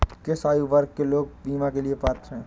किस आयु वर्ग के लोग बीमा के लिए पात्र हैं?